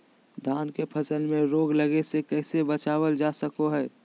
धान के फसल में रोग लगे से कैसे बचाबल जा सको हय?